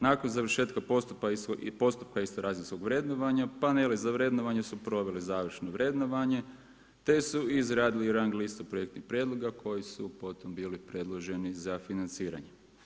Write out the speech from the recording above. Nakon završetka postupka istog razinskog vrednovanja, panele za vrednovanje su proveli završno vrednovanje te su izradili rang listu projektnih prijedloga koji su potom bili predloženi za financiranje.